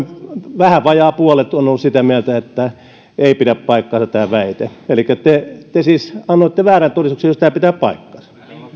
vähän vajaa puolet on ollut sitä mieltä että ei pidä paikkaansa tämä väite te te siis annoitte väärän todistuksen jos tämä pitää paikkansa